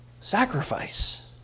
Sacrifice